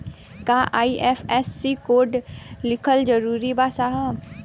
का IFSC code लिखल जरूरी बा साहब?